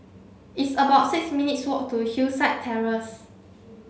it's about six minutes' walk to Hillside Terrace